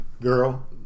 Girl